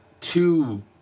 two